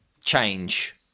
change